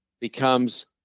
becomes